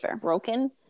broken